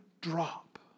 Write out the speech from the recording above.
drop